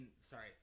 sorry